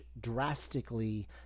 drastically